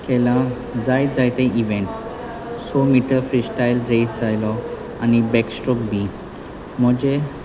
केला जायत जायते इवेंट सो मिटर फ्रिस् स्टायल र्रेस आयलो आनी बॅकस्ट्रॉक बी म्हजें